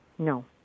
No